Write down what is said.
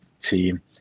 team